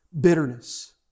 bitterness